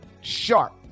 sharp